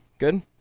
good